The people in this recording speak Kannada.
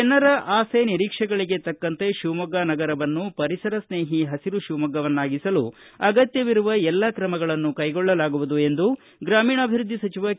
ಜನರ ಆಸೆ ನಿರೀಕ್ಷೆಗಳಿಗೆ ತಕ್ಕಂತೆ ಶಿವಮೊಗ್ಗ ನಗರವನ್ನು ಪರಿಸರ ಸ್ನೇಹಿ ಹಸಿರು ಶಿವಮೊಗ್ಗವನ್ನಾಗಿಸಲು ಅಗತ್ಯವಿರುವ ಎಲ್ಲಾ ತ್ರಮಗಳನ್ನು ಕೈಗೊಳ್ಳಲಾಗುವುದು ಎಂದು ಗ್ರಾಮೀಣಾಭಿವೃದ್ಧಿ ಸಚಿವ ಕೆ